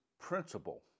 principle